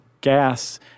gas